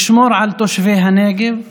לשמור על תושבי הנגב.